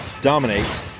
dominate